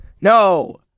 no